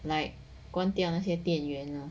like 关掉那些电源呢